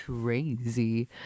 crazy